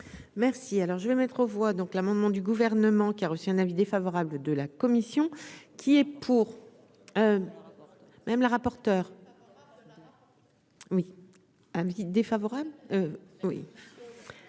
alors je vais mettre aux voix, donc l'amendement du gouvernement qui a reçu un avis défavorable de la commission.